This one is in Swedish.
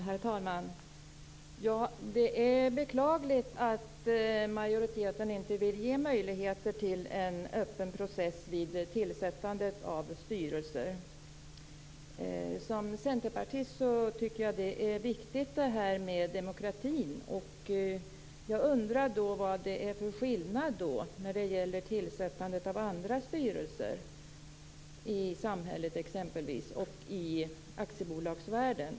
Herr talman! Det är beklagligt att majoriteten inte vill ge möjlighet till en öppen process vid tillsättandet av styrelser. Som centerpartist tycker jag att det är viktigt med demokrati. Jag undrar vad det är för skillnad när det gäller tillsättande av andra styrelser i exempelvis samhället och i aktiebolagsvärlden.